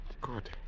Good